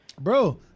Bro